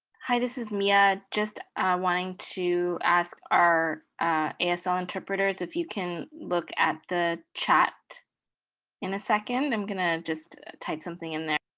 this is mia. just wanting to ask our asl interpreters if you can look at the chat in a second. i'm gonna just type something in there.